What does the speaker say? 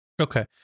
Okay